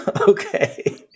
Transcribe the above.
Okay